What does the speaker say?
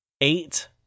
eight